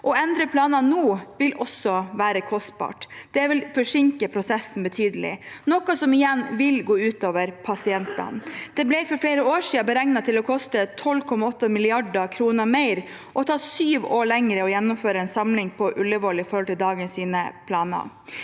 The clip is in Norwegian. Å endre planene nå vil også være kostbart, og det vil forsinke prosessen betydelig, noe som igjen vil gå ut over pasientene. Det ble for flere år siden beregnet til å koste 12,8 mrd. kr mer og ta syv år lenger å gjennomføre en samling på Ullevål i forhold til dagens planer.